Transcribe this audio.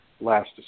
last